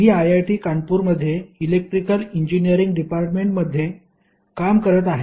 मी IIT कानपूरमध्ये electrical engineering डिपार्टमेंटमध्ये काम करत आहे